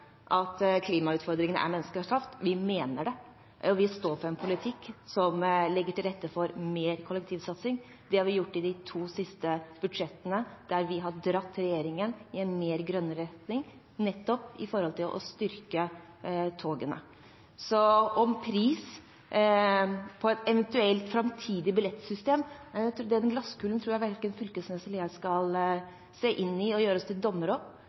at klimautfordringene er menneskeskapt: Vi mener det, og vi står for en politikk som legger til rette for mer kollektivsatsing. Det har vi gjort i de to siste budsjettene, der vi har dratt regjeringen i en grønnere retning, nettopp for å styrke togene. Når det gjelder pris på et eventuelt framtidig billettsystem: Den glasskulen tror jeg verken Knag Fylkesnes eller jeg skal se inn i og gjøre oss til dommere.